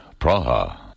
Praha